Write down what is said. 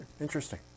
interesting